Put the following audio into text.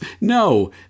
No